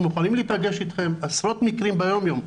אנחנו מוכנים להיפגש איתכם, עשרות מקרים ביום יום.